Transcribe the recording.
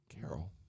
Carol